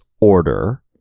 order